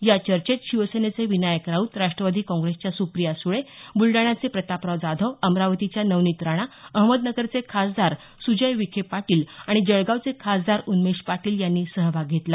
याचर्चेत शिवसेनेचे विनायक राऊत राष्ट्रवादी काँग्रेसच्या सुप्रिया सुळे ब्लडाण्याचे प्रतापराव जाधव अमरावतीच्या नवनीत राणा अहमदनगरचे खासदार सुजय विखे पाटील आणि जळगावचे खासदार उन्मेष पाटील यांनी सहभाग घेतला